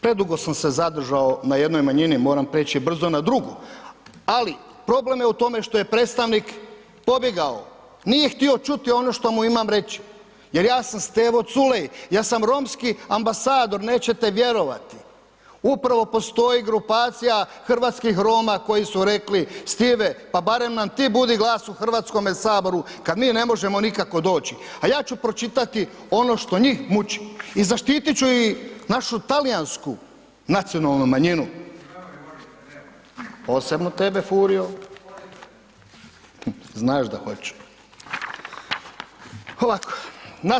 Predugo sam se zadržao na jednoj manjini, moram preći brzo na drugu, ali problem je u tome što je predstavnik pobjegao, nije htio čuti ono što mu imam reći, jer ja sam Stevo Culej, ja sam romski ambasador nećete vjerovati, upravo postoji grupacija hrvatskih Roma koji su rekli Stive pa barem nam ti budi glas u Hrvatskome saboru kad mi ne možemo nikako doći, a ja ću pročitati ono što njih muči, i zaštitit ću i našu talijansku nacionalnu manjinu, posebno tebe Furio, znaš da hoću.